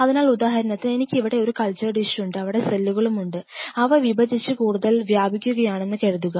അതിനാൽ ഉദാഹരണത്തിന് എനിക്ക് ഇവിടെ ഒരു കൾച്ചർ ഡിഷുണ്ട് അവിടെ സെല്ലുകളുമുണ്ട് അവ വിഭജിച്ച് കൂടുതൽ വ്യാപിക്കുകയാണെന്ന് കരുതുക